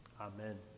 Amen